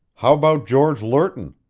how about george lerton?